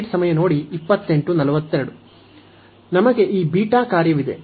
ನಮಗೆ ಈ ಬೀಟಾ ಕಾರ್ಯವಿದೆ